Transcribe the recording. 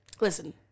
listen